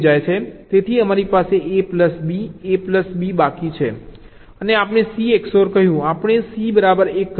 તેથી અમારી પાસે A plus B A plus B બાકી છે અને આપણે C XOR કહ્યું આપણે C બરાબર 1 કહ્યું